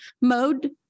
mode